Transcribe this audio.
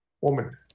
woman